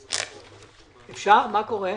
הישיבה.